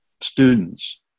students